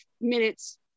minutes